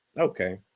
Okay